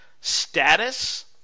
status